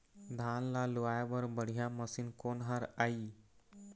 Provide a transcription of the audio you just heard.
धान ला लुआय बर बढ़िया मशीन कोन हर आइ?